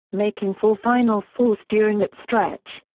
making four final fours during that stretch.